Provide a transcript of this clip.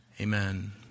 Amen